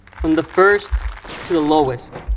from the first to the lowest,